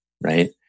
right